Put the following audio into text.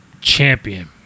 champion